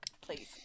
please